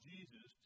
Jesus